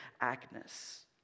Agnes